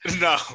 No